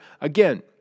again